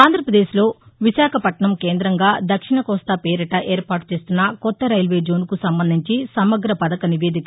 ఆంధ్రప్రదేశ్లో విశాఖపట్లణం కేంద్రంగా దక్షిణ కోస్తా పేరిట ఏర్పాటు చేస్తున్న కొత్త రైల్వే జోన్కు సంబంధించి సమగ్ర పథక నివేదిక